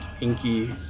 inky